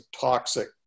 toxic